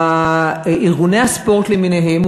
ארגוני הספורט למיניהם,